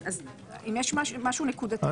אם יש משהו נקודתי.